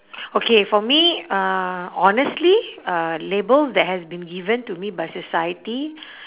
okay for me uh honestly uh labels that has been given to me by society